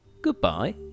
goodbye